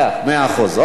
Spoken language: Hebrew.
מאה אחוז.